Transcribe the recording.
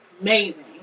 amazing